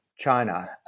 China